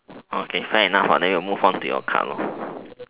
okay fair enough then we will move on to your card